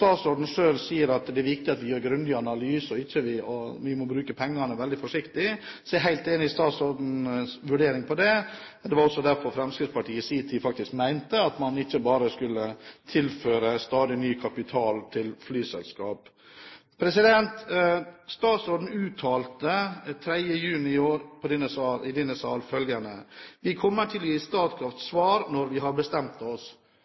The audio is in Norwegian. at vi må bruke pengene veldig forsiktig, er jeg helt enig i statsrådens vurdering av det. Det var også derfor Fremskrittspartiet i sin tid faktisk mente at man ikke bare skulle tilføre stadig ny kapital til flyselskap. Statsråden uttalte den 3. juni i denne sal følgende: «Vi kommer til å gi Statkraft svar når vi har bestemt oss.»